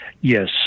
Yes